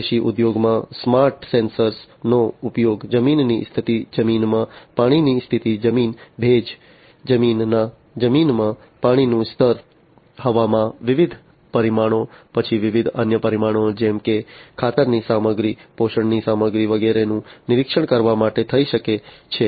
કૃષિ ઉદ્યોગોમાં smart sensor નો ઉપયોગ જમીનની સ્થિતિ જમીનમાં પાણીની સ્થિતિ જમીન ભેજ જમીનમાં પાણીનું સ્તર હવામાનના વિવિધ પરિમાણો પછી વિવિધ અન્ય પરિમાણો જેમ કે ખાતરની સામગ્રી પોષણની સામગ્રી વગેરેનું નિરીક્ષણ કરવા માટે થઈ શકે છે